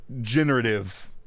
generative